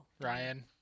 Ryan